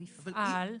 הוא יפעל,